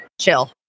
chill